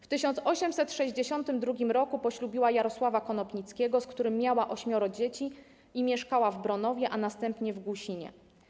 W 1862 roku poślubiła Jarosława Konopnickiego, z którym miała ośmioro dzieci i mieszkała w Bronowie, a następnie w Gusinie.